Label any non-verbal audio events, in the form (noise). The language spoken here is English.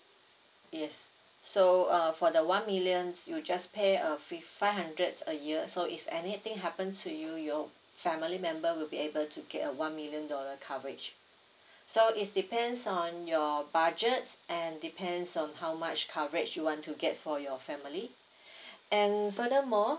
yes so uh for the one millions you just pay a fif~ five hundreds a year so if anything happen to you your family member will be able to get a one million dollar coverage (breath) so is depends on your budgets and depends on how much coverage you want to get for your family and (breath) furthermore